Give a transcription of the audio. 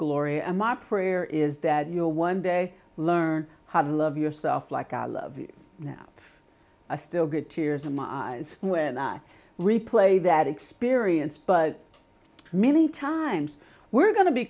gloria my prayer is that you will one day learn how to love yourself like i love you now i still get tears in my eyes when i replay that experience but many times we're going to be